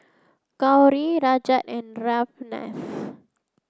Gauri Rajat and Ramnath